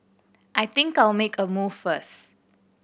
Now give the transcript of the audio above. I think I'll make a move first